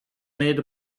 made